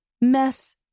mess